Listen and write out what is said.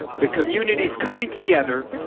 the communities coming together,